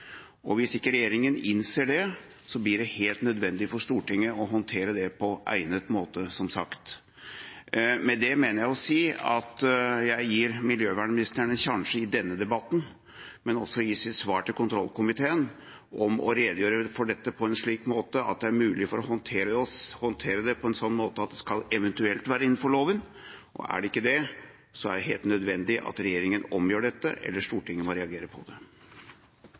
Og hvis ikke regjeringa innser det, blir det, som sagt, helt nødvendig for Stortinget å håndtere det på egnet måte. Med det mener jeg å si at jeg gir miljøvernministeren en sjanse i denne debatten, men også i sitt svar til kontrollkomiteen, til å redegjøre for dette på en slik måte at det er mulig å håndtere det eventuelt innenfor loven, og er det ikke mulig, er det helt nødvendig at regjeringa omgjør dette, eller at Stortinget må reagere.